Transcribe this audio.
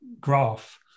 graph